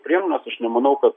priemonės nemanau kad